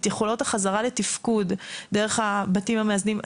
את יכולות החזרה לתפקוד דרך הבתים המאזנים.